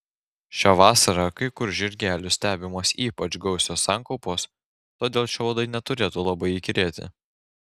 šią vasarą kai kur žirgelių stebimos ypač gausios sankaupos todėl čia uodai neturėtų labai įkyrėti